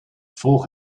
volg